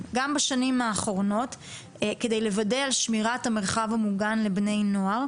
גם בשנים האחרונות כדי לוודא את שמירת המרחב המוגן לבני נוער,